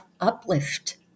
uplift